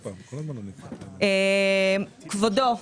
כבודו,